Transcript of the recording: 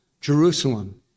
Jerusalem